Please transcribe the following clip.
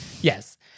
Yes